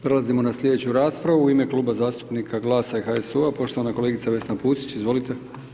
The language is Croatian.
Prelazimo na slijedeću raspravu u ime Kluba zastupnika GLAS-a i HSU-a poštovana kolegica Vesna Pusić, izvolite.